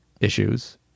issues